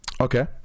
okay